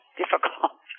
difficult